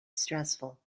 stressful